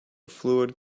fluid